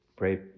Pray